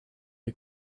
les